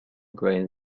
grained